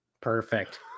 perfect